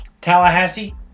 Tallahassee